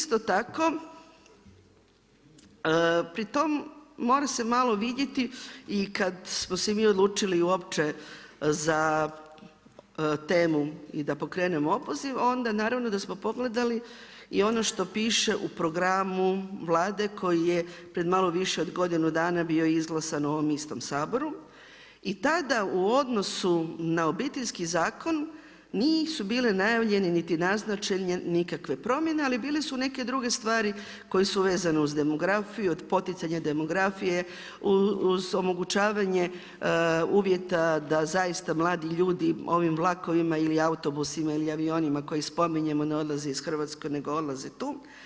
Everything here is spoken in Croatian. Isto tako, pri tom mora se malo vidjeti i kad smo se mi odlučili uopće za temu i da pokrenemo opoziv onda naravno da smo pogledali i ono što piše u programu Vlade koji je pred malo više od godinu dana bio izglasan u ovom istom Saboru, i tada u odnosu na Obiteljski zakon nisu bili najavljeni niti naznačene nikakve promjene, ali bile su neke druge stvari koje su vezane uz demografiju, od poticanja demografije, uz omogućavanje uvjeta da zaista mladi ljudi ovim vlakovima ili autobusima ili avionima koje spominjemo ne odlaze iz Hrvatske nego odlaze tu.